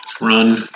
run